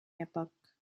époque